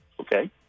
Okay